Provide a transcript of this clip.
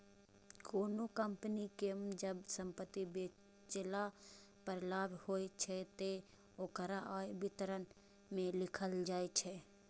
कोनों कंपनी कें जब संपत्ति बेचला पर लाभ होइ छै, ते ओकरा आय विवरण मे लिखल जाइ छै